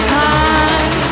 time